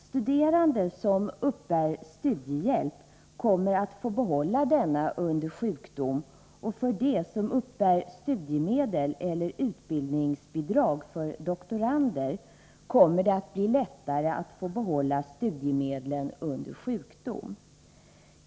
Studerande som uppbär studiehjälp kommer att få behålla denna under sjukdom och för dem som uppbär studiemedel eller utbildningsbidrag för doktorander kommer det att bli lättare att få behålla studiemedlen under sjukdom.